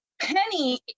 Penny